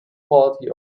quality